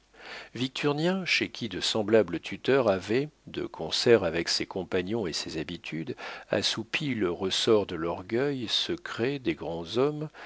victurnien chez qui de semblables tuteurs avaient de concert avec ses compagnons et ses habitudes assoupli le ressort de l'orgueil secret des grands hommes